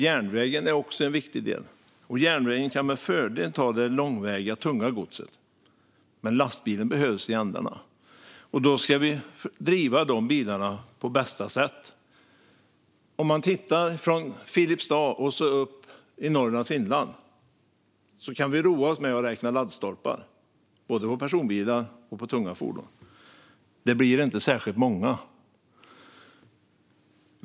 Järnvägen är också en viktig del, och järnvägen kan med fördel ta det långväga, tunga godset. Men lastbilen behövs i ändarna, och då ska de bilarna drivas på bästa sätt. Man kan titta på kartan från Filipstad upp till Norrlands inland och roa sig med att räkna laddstolpar, både för personbilar och för tunga fordon. Det blir inte särskilt många.